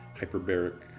hyperbaric